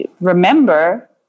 remember